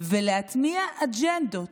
ולהטמיע אג'נדות,